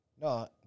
No